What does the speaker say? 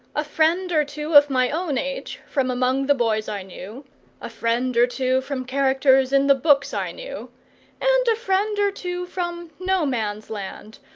a friend or two of my own age, from among the boys i knew a friend or two from characters in the books i knew and a friend or two from no-man's-land,